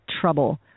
trouble